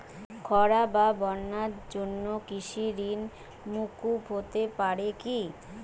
খরা বা বন্যার জন্য কৃষিঋণ মূকুপ হতে পারে কি?